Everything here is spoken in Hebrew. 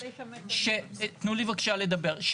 תנו לי בבקשה לדבר.